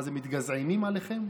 מה זה, מתגזענים עליכם?